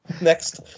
next